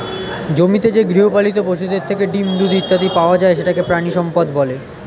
জমিতে যে গৃহপালিত পশুদের থেকে ডিম, দুধ ইত্যাদি পাওয়া যায় সেটাকে প্রাণিসম্পদ বলে